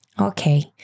Okay